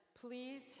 Please